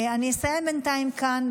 אני אסיים בינתיים כאן,